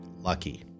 Lucky